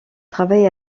travaille